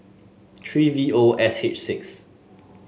three V O S H six